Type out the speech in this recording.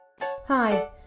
Hi